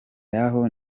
yaho